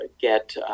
get